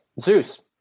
Zeus